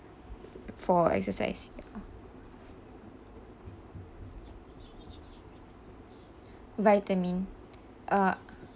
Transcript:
for exercise vitamin uh